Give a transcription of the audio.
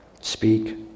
speak